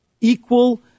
equal